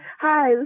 Hi